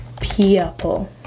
people